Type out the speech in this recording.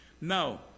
Now